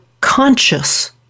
conscious